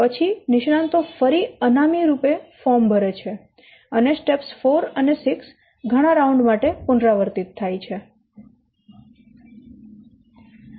પછી નિષ્ણાંતો ફરી અનામી રૂપે ફોર્મ ભરે છે અને સ્ટેપ્સ 4 અને 6 ઘણા રાઉન્ડ માટે પુનરાવર્તિત થાય છે